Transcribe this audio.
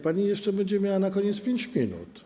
Pani jeszcze będzie miała na koniec 5 minut.